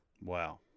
Wow